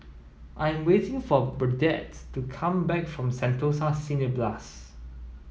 I am waiting for Burdette to come back from Sentosa Cineblast